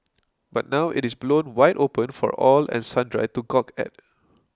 but now it is blown wide open for all and sundry to gawk at